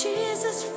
Jesus